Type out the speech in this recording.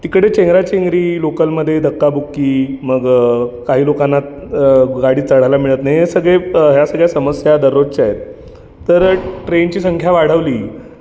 तिकडे चेंगराचेंगरी लोकलमध्ये धक्काबुक्की मग काही लोकांना गाडीत चढायला मिळत नाही हे सगळे या सगळ्या समस्या दररोजच्या आहेत तर ट्रेनची संख्या वाढवली